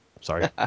Sorry